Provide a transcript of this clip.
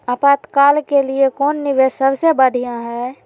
आपातकाल के लिए कौन निवेस सबसे बढ़िया है?